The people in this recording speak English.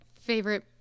favorite